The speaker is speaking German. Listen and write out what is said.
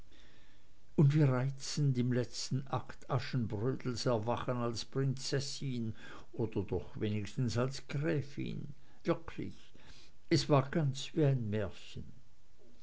und wie reizend im letzten akt aschenbrödels erwachen als prinzessin oder wenigstens als gräfin wirklich es war ganz wie ein märchen